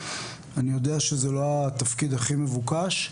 אני יודע שזה לא התפקיד הכי מבוקש,